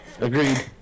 Agreed